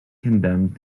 condemned